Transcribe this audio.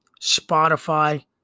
Spotify